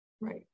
Right